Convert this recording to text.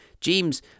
James